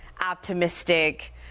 optimistic